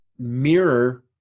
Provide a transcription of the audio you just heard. mirror